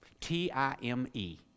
T-I-M-E